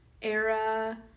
era